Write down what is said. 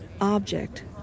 object